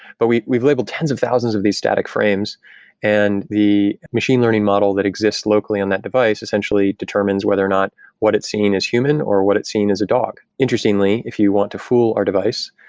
but we've we've labeled tens of thousands of these static frames and the machine learning model that exists locally in that device essentially determines whether or not what it's seen as human or what it seen as a dog. interestingly, if you want to fool or device,